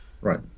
Right